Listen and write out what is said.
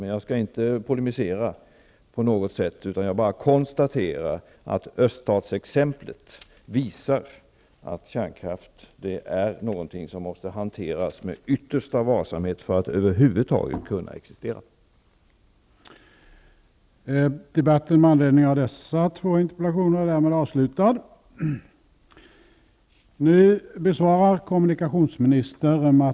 Jag skall dock inte polemisera på något sätt utan konstaterar bara att öststatsexemplet visar att kärnkraft är någonting som måste hanteras med yttersta varsamhet för att över huvud taget kunna tillåtas existera.